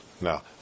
Now